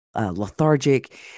lethargic